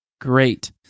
great